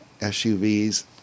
SUVs